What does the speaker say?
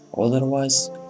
Otherwise